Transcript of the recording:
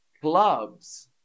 Clubs